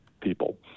people